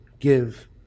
give